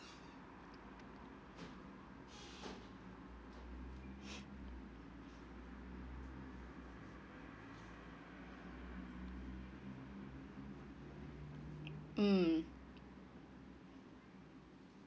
mm